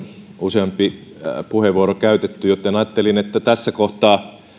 useampi puheenvuoro käytetty joten ajattelin että tässä kohtaa